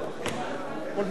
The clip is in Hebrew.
משפחות החללים ממינכן.